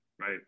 Right